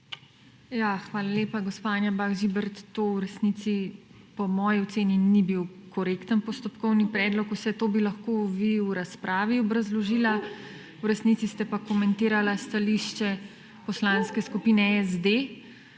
hvala lepa. Gospa Anja Bah Žibert, to v resnici, po moji oceni ni bil korekten postopkovni predlog. Vse to bi lahko vi v razpravi obrazložili, v resnici ste pa komentirala stališče Poslanske skupine SD,